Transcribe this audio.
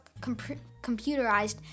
computerized